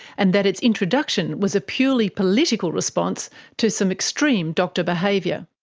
and that its introduction was a purely political response to some extreme doctor behaviour.